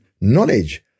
knowledge